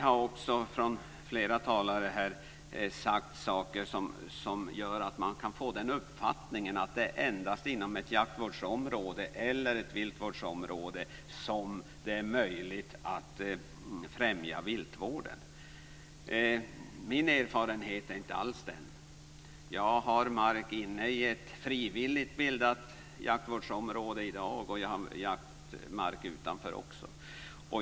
Av det som flera talare här har sagt kan man få uppfattningen att det endast är inom ett jaktvårdsområde eller viltvårdsområde som det är möjligt att främja viltvården. Det är inte alls min erfarenhet. Jag har mark i ett frivilligt bildat jaktvårdsområde och även jaktmark utanför.